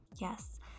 Yes